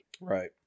Right